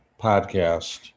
podcast